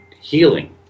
healing